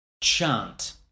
chant